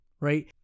Right